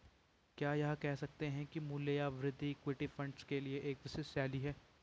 क्या यह कह सकते हैं कि मूल्य या वृद्धि इक्विटी फंड के लिए एक विशिष्ट शैली है?